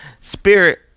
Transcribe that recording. Spirit